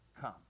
come